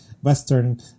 Western